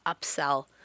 upsell